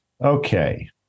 Okay